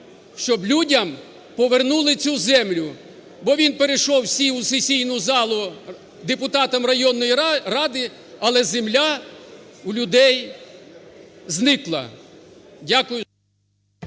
щоб людям повернули цю землю. Бо він перейшов, сів у сесійну залу депутатом районної ради, але земля у людей зникла. Дякую.